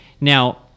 Now